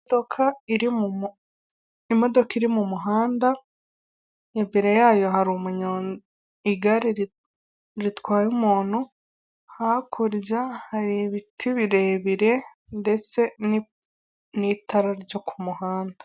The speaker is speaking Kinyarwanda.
Imodoka iri mu mu, imodoka iri mu muhanda, imbere yayo hari umunyonzi, igare ritwaye umuntu, hakurya hari ibiti birebire, ndetse n'itara ryo ku muhanda.